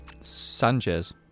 Sanchez